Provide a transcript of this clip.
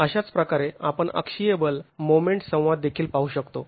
अशाच प्रकारे आपण अक्षीय बल मोमेंट संवाद देखील पाहू शकतो